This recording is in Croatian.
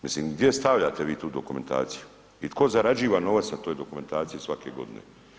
Mislim gdje stavljate vi tu dokumentaciju i tko zarađuje novac na toj dokumentaciji svake godine?